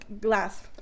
glass